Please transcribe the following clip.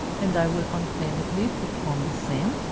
and will unfainedly perform the same.